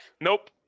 Nope